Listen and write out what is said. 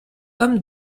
homme